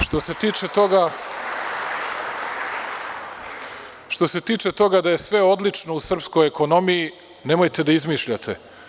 Što se tiče toga da je sve odlično u srpskoj ekonomiji, nemojte da izmišljate.